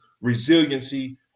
resiliency